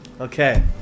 Okay